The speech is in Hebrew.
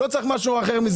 לא צריך משהו אחר.